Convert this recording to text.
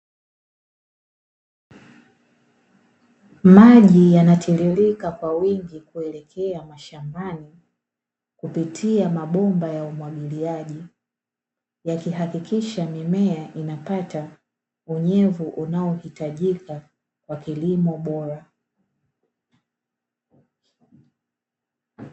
Maji yanatiririka kwa wingi kuelekea mashambani, kupitia mabomba ya umwagaji yakihakikisha mimea inapata unyenyekevu unaohitajika kwa kilimo bora.